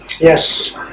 Yes